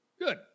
Good